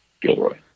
Gilroy